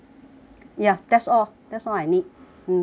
ya that's all that's all I need mm thanks